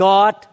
God